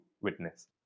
witness